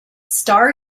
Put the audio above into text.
star